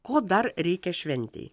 ko dar reikia šventei